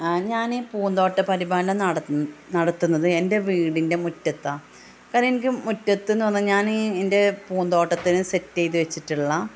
ഞാൻ പൂന്തോട്ട പരിപാലനം നടത്തുന്നത് എൻ്റെ വീടിൻ്റെ മുറ്റത്താണ് കാരണം എനിക്ക് മുറ്റത്ത് എന്ന് പറഞ്ഞാൽ ഞാനീ എൻ്റെ പൂന്തോട്ടത്തിന് സെറ്റ് ചെയ്ത് വെച്ചിട്ടുള്ള